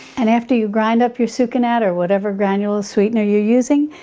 and after you grind up your sucanat or whatever granule sweetener you're using,